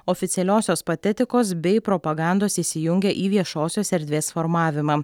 oficialiosios patetikos bei propagandos įsijungia į viešosios erdvės formavimą